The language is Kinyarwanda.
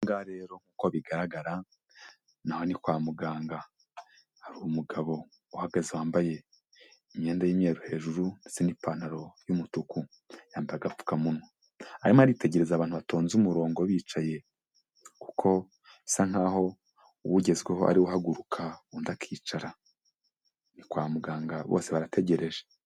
Aha ngaha rero nk'uko bigaragara na ho ni kwa muganga, hari umugabo uhagaze wambaye imyenda y'imweru hejuru ndetse n'ipantaro y'umutuku, yambaye agapfukamunwa, arimo aritegereza abantu batonze umurongo bicaye, kuko bisa nk'aho uwugezweho ari we uhaguruka undi akicara, ni kwa muganga bose barategereje.